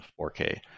4k